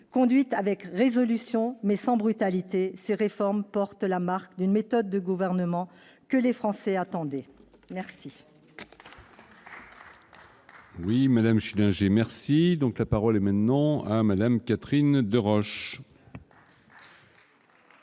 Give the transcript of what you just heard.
Conduites avec résolution, mais sans brutalité, ces réformes portent la marque d'une méthode de gouvernement que les Français attendaient. Bravo